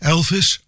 Elvis